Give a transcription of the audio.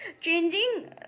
changing